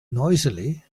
noisily